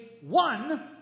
one